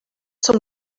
zum